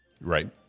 Right